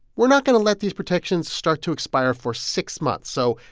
we're not going to let these protections start to expire for six months. so,